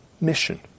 mission